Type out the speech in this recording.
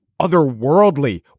otherworldly